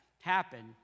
happen